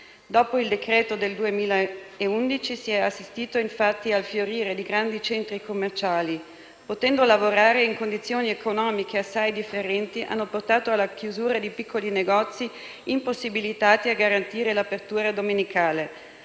Dopo il decreto-legge del 2011 si è assistito infatti al fiorire di grandi centri commerciali. Potendo lavorare in condizioni economiche assai differenti hanno portato alla chiusura di piccoli negozi, impossibilitati a garantire l'apertura domenicale.